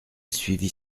suivit